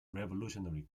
revolutionary